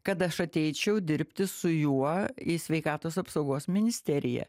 kad aš ateičiau dirbti su juo į sveikatos apsaugos ministeriją